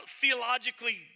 theologically